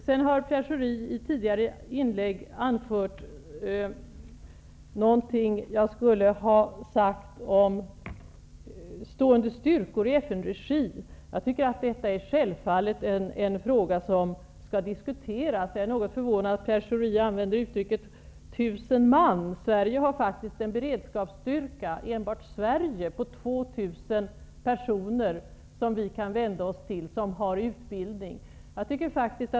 Pierre Schori har i tidigare inlägg anfört någonting som jag skulle ha sagt om stående styrkor i FN-regi. Jag är något förvånad att Pierre Schori använde uttrycket 1 000 man -- enbart Sverige har faktiskt en beredskapsstyrka på 2 000 personer som har utbildning och som vi kan vända oss till.